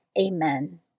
Amen